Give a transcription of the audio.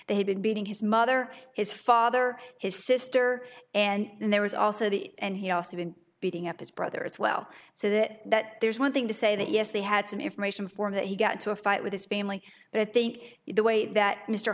they had been beating his mother his father his sister and there was also the and he also been beating up his brother as well so that that there's one thing to say that yes they had some information for him that he got to a fight with his family but i think the way that mr